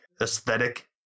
aesthetic